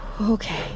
Okay